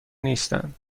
نیستند